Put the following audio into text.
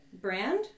brand